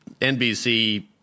NBC